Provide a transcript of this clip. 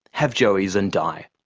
have joeys and die.